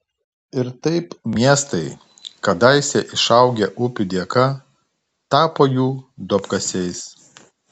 ir taip miestai kadaise išaugę upių dėka tapo jų duobkasiais